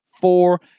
four